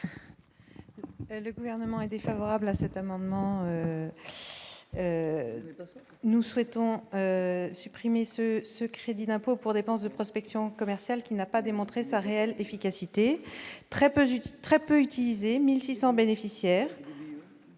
Le gouvernement est défavorable à cet amendement, nous souhaitons supprimer ce ce crédit d'impôt pour dépenses de prospection commerciale qui n'a pas démontré sa réelle efficacité très positif, très peu utilisé 1600 bénéficiaires